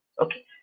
Okay